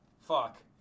Fuck